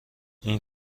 این